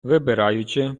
вибираючи